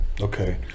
okay